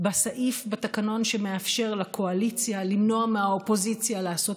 בסעיף בתקנון שמאפשר לקואליציה למנוע מהאופוזיציה לעשות